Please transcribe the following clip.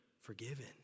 forgiven